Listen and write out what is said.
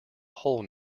whole